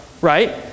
right